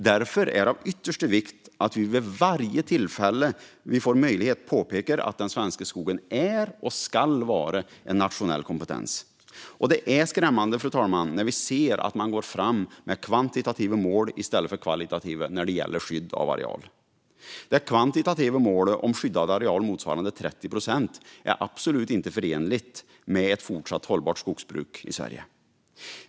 Därför är det av yttersta vikt att vi vid varje tillfälle som vi får möjlighet påpekar att den svenska skogen är och ska vara en nationell kompetens. Det är skrämmande, fru talman, när vi ser att man går fram med kvantitativa mål i stället för kvalitativa mål när det gäller skydd av areal. Det kvantitativa målet om skyddad areal motsvarande 30 procent är absolut inte förenligt med ett fortsatt hållbart skogsbruk i Sverige.